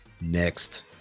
next